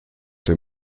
dem